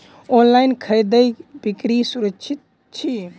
online खरीदै बिक्री सुरक्षित छी